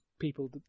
people